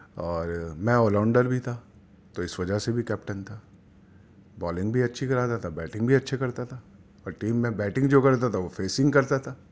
اور میں all rounder بھی تھا تو اس وجہ سے بھی کیپٹن تھا بالنگ بھی اچھی کراتا تھا بیٹنگ بھی اچھی کرتا تھا اور ٹیم میں بیٹنگ جو کرتا تھا وہ فیسنگ کرتا تھا